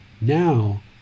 Now